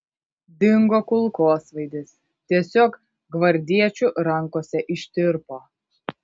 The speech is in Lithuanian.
dingo kulkosvaidis tiesiog gvardiečių rankose ištirpo